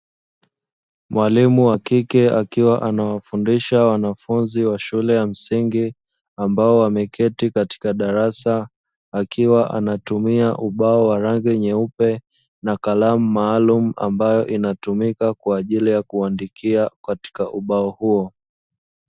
Mwalimu wa kike akiwa anawafundisha wanafunzi wa shule ya msingi ambao wameketi katika darasa, akiwa anatumia ubao wa rangi nyeupe, na kalamu maalumu ambayo inatumika kwa ajili ya kuandikia katika ubao huo.